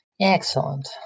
Excellent